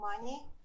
money